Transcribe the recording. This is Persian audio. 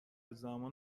زمان